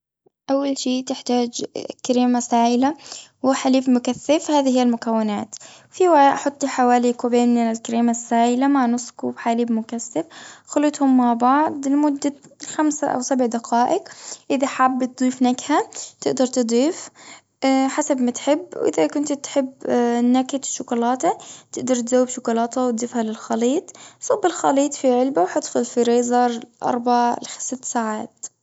أول شي تحتاج كريمة سائلة، وحليب مكثف، هذي هي المكونات. في وعاء حطي حوالي كوبين من الكريمة السائلة، مع نصف كوب حليب مكثف. اخلطهم مع بعض، لمدة خمس أو سبع دقائق. إذا حاب تضيف نكهة، تقدر تضيف حسب ما تحب. وإذا كنت تحب نكهة الشوكولاتة، تقدر تذوب شوكولاتة، وتضيفها للخليط. صب الخليط في علبة وحطه في الفريزر، أربع لست ساعات.